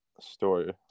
story